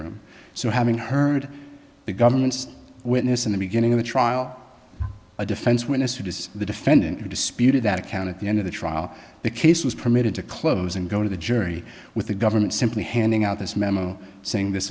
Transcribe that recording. room so having heard the government's witness in the beginning of the trial a defense witness who does the defendant who disputed that account at the end of the trial the case was permitted to close and go to the jury with the government simply handing out this memo saying this